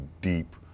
deep